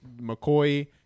McCoy